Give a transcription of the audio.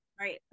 Right